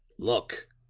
look!